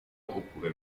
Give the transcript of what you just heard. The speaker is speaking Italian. oppure